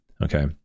Okay